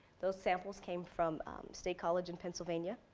those samples came from state college in pennsylvania.